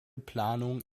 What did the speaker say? planung